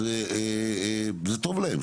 אז זה טוב להם.